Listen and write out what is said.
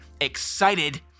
excited